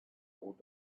old